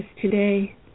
today